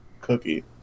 cookie